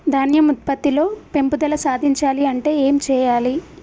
ధాన్యం ఉత్పత్తి లో పెంపుదల సాధించాలి అంటే ఏం చెయ్యాలి?